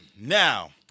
Now